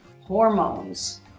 hormones